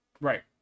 right